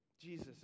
Jesus